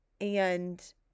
and-